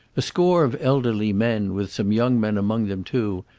a score of elderly men, with some young men among them too,